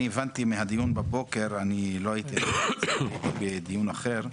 לא הייתי בדיון בבוקר כי הייתי בדיון אחר,